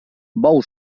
bou